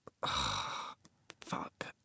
Fuck